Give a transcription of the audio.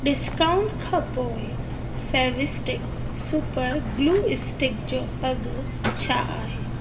discount खां पोएं Fevistick super glue stick जो अघु छा आहे